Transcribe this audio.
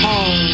Hey